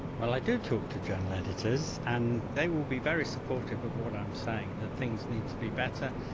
well i do talk to journal editors and they will be very supportive of what i'm saying that things need to be better,